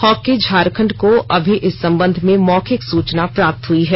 hockey Jharkhand को अमी इस संबंध में मौखिक सूचना प्राप्त हुई है